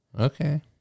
Okay